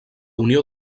unió